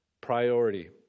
priority